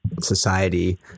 society